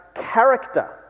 character